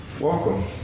Welcome